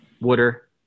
water